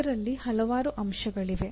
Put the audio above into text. ಇದರಲ್ಲಿ ಹಲವಾರು ಅಂಶಗಳಿವೆ